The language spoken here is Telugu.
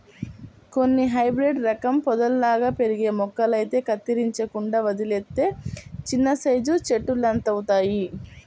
కొన్ని హైబ్రేడు రకం పొదల్లాగా పెరిగే మొక్కలైతే కత్తిరించకుండా వదిలేత్తే చిన్నసైజు చెట్టులంతవుతయ్